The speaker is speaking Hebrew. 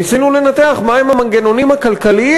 ניסינו לנתח מה הם המנגנונים הכלכליים